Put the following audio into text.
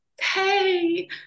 hey